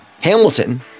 Hamilton